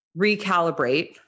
recalibrate